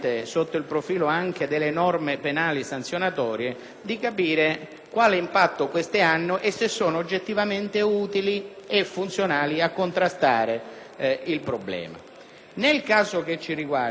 quale impatto queste abbiano e se siano oggettivamente utili e funzionali a contrastare il problema. Nel caso che ci riguarda, ci troviamo di fronte all'ipotesi di